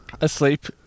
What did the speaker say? Asleep